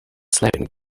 slapping